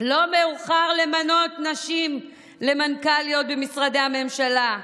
לא מאוחר למנות נשים למנכ"ליות במשרדי הממשלה,